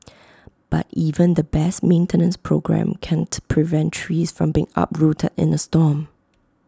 but even the best maintenance programme can't prevent trees from being uprooted in A storm